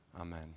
Amen